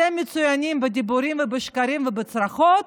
אתם מצוינים בדיבורים ובשקרים ובצרחות,